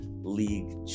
League